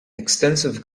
extensive